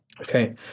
Okay